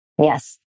Yes